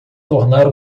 tornar